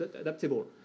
adaptable